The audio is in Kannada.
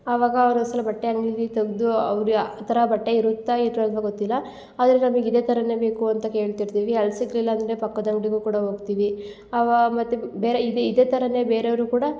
ಅವಾಗ ಒನ್ನೊಂದು ಸಲ ಬಟ್ಟೆ ಅಂಗ್ಡಿಲಿ ತೆಗ್ದು ಅವರು ಆ ಥರ ಬಟ್ಟೆ ಇರುತ್ತೆ ಇರಲ್ಲವಾ ಗೊತ್ತಿಲ್ಲ ಆದರೆ ನಮಗೆ ಇದೆ ಥರನೆ ಬೇಕು ಅಂತ ಕೇಳ್ತಿರ್ತೀವಿ ಅಲ್ಲಿ ಸಿಗಲಿಲ್ಲ ಅಂದರೆ ಪಕ್ಕದ ಅಂಗಡಿಗೂ ಕೂಡ ಹೋಗ್ತೀವಿ ಅವಾ ಮತ್ತು ಬೇರೆ ಇದೆ ಇದೆ ತರನೆ ಬೇರೆಯವರು ಕೂಡ